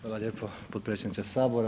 Hvala lijepo potpredsjedniče Sabora.